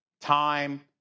time